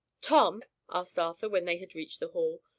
tom, asked arthur, when they had reached the hall,